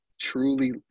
truly